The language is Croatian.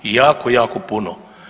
Jako, jako puno.